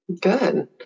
Good